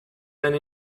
went